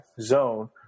zone